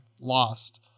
lost